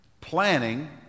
planning